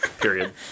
period